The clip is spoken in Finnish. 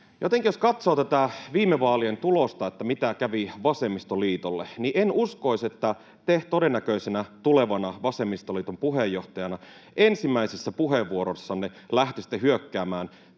Jotenkin, jos katsoo tätä viime vaalien tulosta, mitä kävi vasemmistoliitolle, en uskoisi, että te todennäköisenä tulevana vasemmistoliiton puheenjohtajana ensimmäisessä puheenvuorossanne lähtisitte hyökkäämään